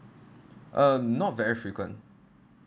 uh not very frequent